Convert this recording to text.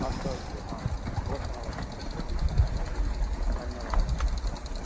अस्तु अस्तु हा हा अवश्यमवश्यं धन्यवादः